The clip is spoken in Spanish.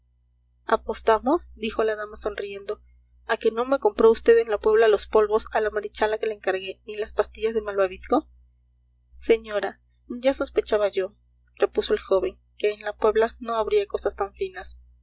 apostamos dijo la dama sonriendo a que no me compró vd en la puebla los polvos a la marichala que le encargué ni las pastillas de malvavisco señora ya sospechaba yo repuso el joven que en la puebla no habría cosas tan finas